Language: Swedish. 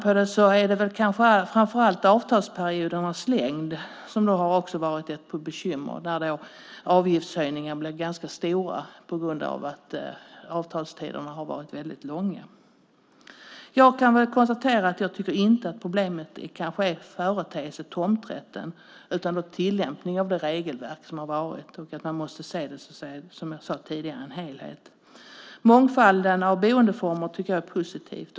Det är kanske framför allt avtalsperiodernas längd som har varit ett problem. Avgiftshöjningarna har blivit stora på grund av att avtalstiderna har varit långa. Jag tycker inte att problemet är själva företeelsen tomträtt utan tillämpningen av det regelverk som har varit. Man måste se det som en helhet. Mångfalden av boendeformer är positiv.